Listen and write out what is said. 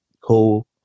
co